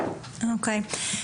אוקיי,